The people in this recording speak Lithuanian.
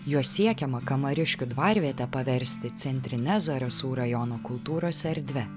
juo siekiama kamariškių dvarvietę paversti centrine zarasų rajono kultūros erdve